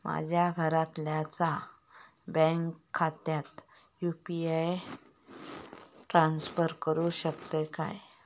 माझ्या घरातल्याच्या बँक खात्यात यू.पी.आय ट्रान्स्फर करुक शकतय काय?